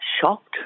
shocked